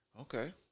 Okay